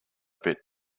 bit